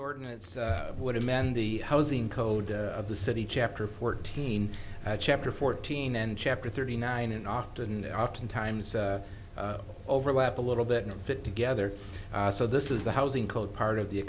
ordinance would amend the housing code of the city chapter fourteen chapter fourteen and chapter thirty nine and often oftentimes overlap a little bit in fit together so this is the housing code part of the